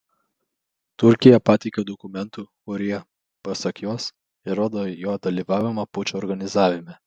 turkija pateikė dokumentų kurie pasak jos įrodo jo dalyvavimą pučo organizavime